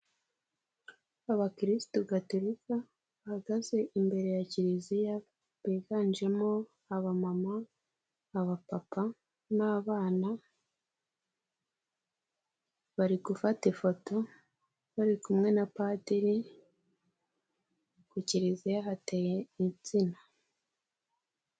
Abakiristu gatolika bahagaze imbere ya kiliziya biganjemo abama, abapapa n'abana bari gufata ifoto bari kumwe na padiri ku kiliziya hateye insina.